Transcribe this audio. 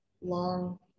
long